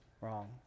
wrong